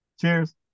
cheers